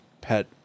pet